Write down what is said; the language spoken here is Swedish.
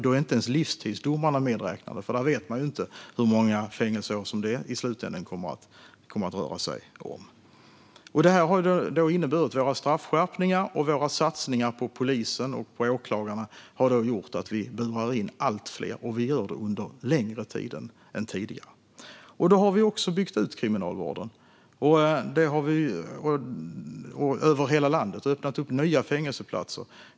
Då är livstidsdomarna inte ens inräknade, för där vet man inte hur många fängelseår som det kommer att röra sig om i slutändan. Våra straffskärpningar och satsningar på polisen och åklagarna har gjort att vi burar in allt fler, och vi gör det under längre tid än tidigare. Vi har också byggt ut kriminalvården över hela landet och öppnat upp nya fängelseplatser.